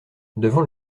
devant